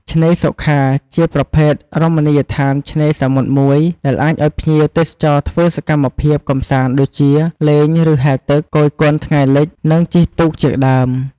ឆ្នេរសុខា ជាប្រភេទរមណីយដ្ខានឆ្នេរសមុទ្រមួយ ដែលអាចឲ្យភ្ញៀវទេសចរធ្វើសកម្មភាពកំសាន្តដូចជា លេងឬហែលទឹក, គយគន់ថ្ងៃលិច និងជិះទូកជាដើម។